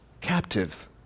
captive